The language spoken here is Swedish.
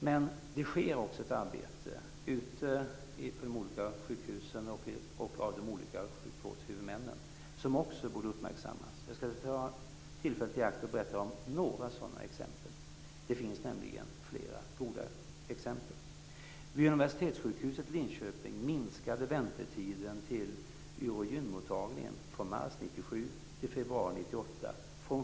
Men det sker också ett arbete ute på de olika sjukhusen och av de olika sjukvårdshuvudmännen som borde uppmärksammas. Jag skall ta tillfället i akt och berätta om några sådana exempel. Det finns nämligen flera goda exempel. till cirka fem veckor i mars 1998.